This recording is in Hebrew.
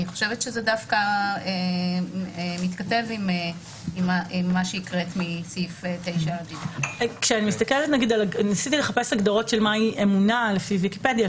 אני חושבת שזה דווקא מתכתב עם מה שקראת מסעיף 9. ניסיתי לחפש הגדרות של מהי אמונה לפי ויקיפדיה,